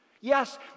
Yes